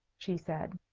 she said.